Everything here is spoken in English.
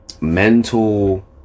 mental